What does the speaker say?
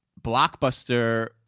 blockbuster